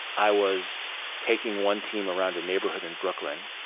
i was taking one team around a neighborhood in brooklyn,